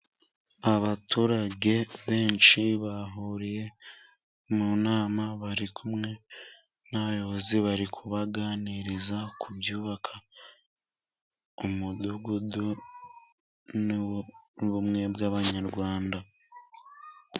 Abaturage benshi bahuriye mu nama, bari kumwe n'abayobozi, bari kubaganiriza ku byubaka umudugudu n'ubumwe bw' abanyarwanda.